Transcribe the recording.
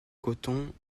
coton